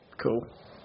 Cool